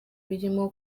birimo